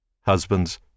Husbands